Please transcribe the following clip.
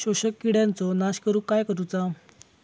शोषक किडींचो नाश करूक काय करुचा?